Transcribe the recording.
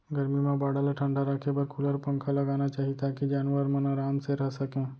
गरमी म बाड़ा ल ठंडा राखे बर कूलर, पंखा लगाना चाही ताकि जानवर मन आराम से रह सकें